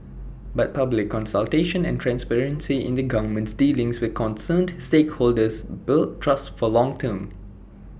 but public consultation and transparency in the government's dealings with concerned stakeholders build trust for the long term